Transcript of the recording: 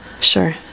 Sure